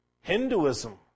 Hinduism